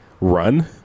run